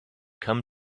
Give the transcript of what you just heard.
come